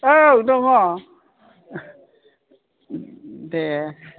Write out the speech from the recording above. औ दङ दे